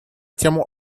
тему